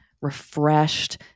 refreshed